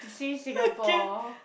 to see Singapore